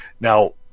Now